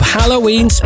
Halloween